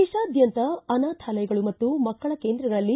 ದೇತಾದ್ಯಂತ ಅನಾಥಾಲಯಗಳು ಮತ್ತು ಮಕ್ಕಳ ಕೇಂದ್ರಗಳಲ್ಲಿ